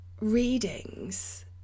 readings